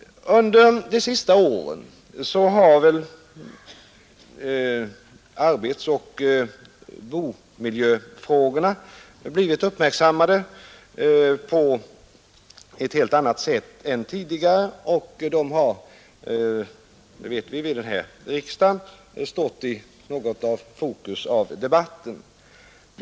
Under de senaste åren har väl arbetsoch bomiljöfrågorna blivit uppmärksammade på ett helt annat sätt än tidigare och de har — det vet vi från den nu pågående riksdagen i viss mån stått i fokus för debatten.